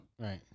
Right